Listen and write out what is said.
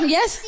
Yes